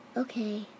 Okay